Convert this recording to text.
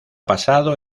pasado